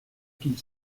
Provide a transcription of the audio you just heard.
qu’il